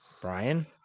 Brian